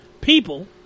People